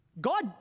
God